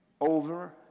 over